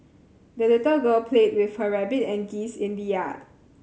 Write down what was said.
the little girl played with her rabbit and geese in the yard